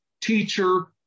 teacher